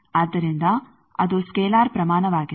ಆದ್ದರಿಂದ ಅದು ಸ್ಕೇಲಾರ್ ಪ್ರಮಾಣವಾಗಿದೆ